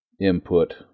input